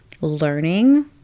learning